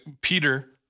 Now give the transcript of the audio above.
Peter